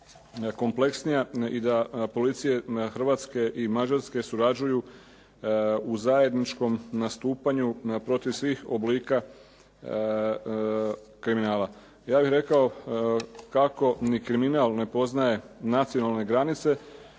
kompleksnija i da policija Hrvatske i Mađarske surađuju u zajedničkom nastupanju protiv svih oblika kriminala. Ja bih rekao kako ni kriminal ne poznaje nacionalne granice